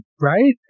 right